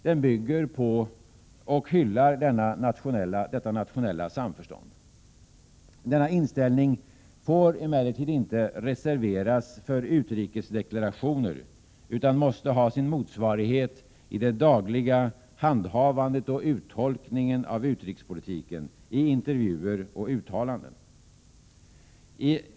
Den bygger på och hyllar detta nationella samförstånd. Denna inställning får emellertid inte reserveras för utrikesdeklarationer utan måste ha sin motsvarighet i det dagliga handhavandet och uttolkningen av utrikespolitiken i intervjuer och uttalanden.